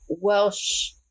Welsh